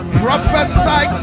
prophesy